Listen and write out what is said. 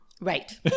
right